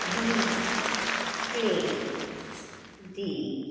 बीमा क्लेम दी